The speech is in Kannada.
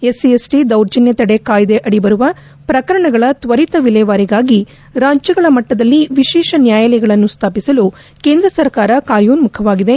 ಎಸ್ಸಿ ಎಸ್ಟಿ ದೌರ್ಜನ್ಯ ತಡೆ ಕಾಯ್ದೆ ಅಡಿ ಬರುವ ಪ್ರಕರಣಗಳ ತ್ವರಿತ ವಿಲೇವಾರಿಗಾಗಿ ರಾಜ್ಯಗಳ ಮಟ್ಟದಲ್ಲಿ ವಿಶೇಷ ನ್ನಾಯಾಲಯಗಳನ್ನು ಸ್ವಾಪಿಸಲು ಕೇಂದ್ರ ಸರ್ಕಾರ ಕಾಯೋನ್ನುಖವಾಗಿದೆ